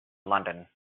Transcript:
london